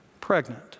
pregnant